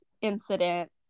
incident